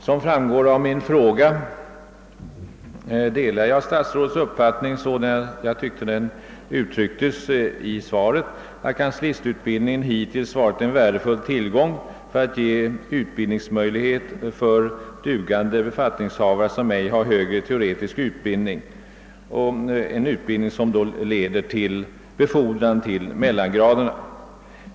Som framgår av min fråga delar jag statsrådets uppfattning sådan denna enligt min mening uttrycktes i svaret, att kanslistutbildningen hittills varit en värdefull tillgång för att ge utbildningsmöjligheter för dugande befattningshavare vilka ej har högre teoretisk utbildning som leder till befordran till mellangraderna.